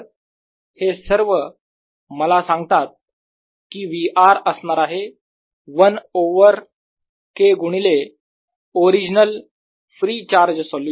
तर हे सर्व मला सांगतात की V r असणार आहे 1 ओवर K गुणिले ओरिजनल फ्री चार्ज सोल्युशन